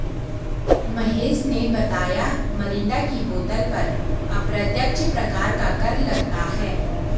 महेश ने बताया मिरिंडा की बोतल पर अप्रत्यक्ष प्रकार का कर लगता है